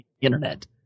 internet